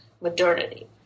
modernity